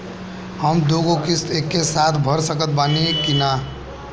हम दु गो किश्त एके साथ भर सकत बानी की ना?